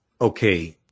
Okay